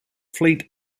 fleet